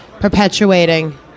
perpetuating